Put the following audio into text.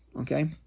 okay